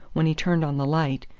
when he turned on the light,